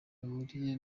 bihuriye